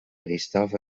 eristoff